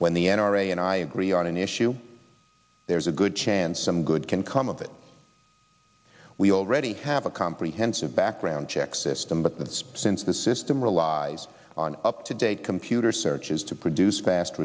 when the n r a and i agree on an issue there is a good chance some good can come of it we already have a comprehensive background check system but the dispersants the system relies on up to date computer searches to produce fast